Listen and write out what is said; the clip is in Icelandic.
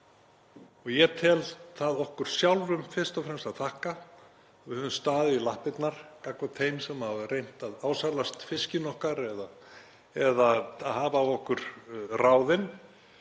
Ég tel það okkur sjálfum fyrst og fremst að þakka. Við höfum staðið í lappirnar gagnvart þeim sem hafa reynt að ásælast fiskinn okkar eða að hafa af okkur ráðin.